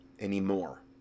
anymore